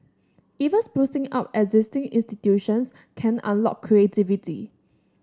even sprucing up existing institutions can unlock creativity